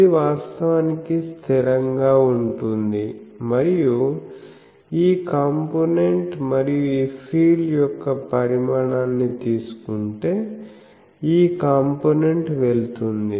ఇది వాస్తవానికి స్థిరంగా ఉంటుంది మరియు ఈ కాంపోనెంట్ మరియు ఈ ఫీల్డ్ యొక్క పరిమాణాన్ని తీసుకుంటే ఈ కాంపోనెంట్ వెళుతుంది